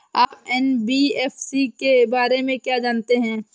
आप एन.बी.एफ.सी के बारे में क्या जानते हैं?